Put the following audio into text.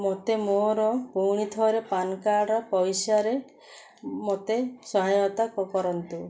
ମୋତେ ମୋର ପୁଣିଥରେ ପ୍ୟାନ୍ କାର୍ଡ଼ ପଇସାରେ ମୋତେ ସହାୟତା କରନ୍ତୁ